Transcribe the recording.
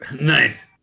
Nice